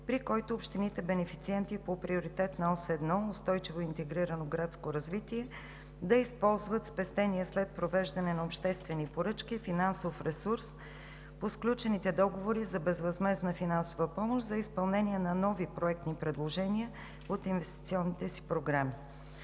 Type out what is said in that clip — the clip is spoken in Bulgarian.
при който общините бенефициенти по Приоритетна ос 1 – „Устойчиво и интегрирано градско развитие“ да използват спестения, след провеждане на обществени поръчки, финансов ресурс по сключените договори за безвъзмездна финансова помощ за изпълнение на нови проектни предложения от инвестиционните си програми.